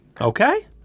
Okay